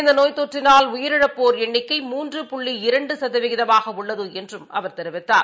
இந்தநோய் தொற்றினால் உயிரிழப்போா் எண்ணிக்கை புள்ளி மூன்று இரண்டுசதவீதமாகஉள்ளதுஎன்றும் அவர் தெரிவித்தார்